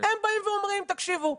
הם באים ואומרים תקשיבו,